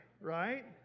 right